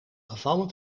gevallen